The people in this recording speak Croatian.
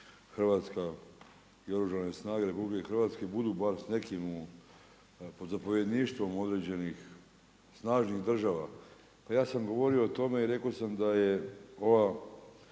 Hrvatska i Oružane snage RH budu bar s nekim pod zapovjedništvom određenih snažnih država. Pa ja sam govorio o tome i rekao sam da je ova